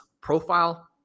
profile